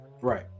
right